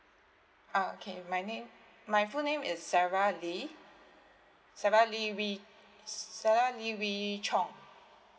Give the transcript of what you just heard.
ah okay my name my full name is sarah lee sarah lee wee sarah lee wee cheong